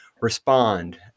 respond